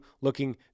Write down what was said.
looking